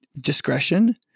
discretion